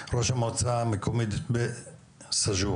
ראש המועצה המקומית בסאג'ור.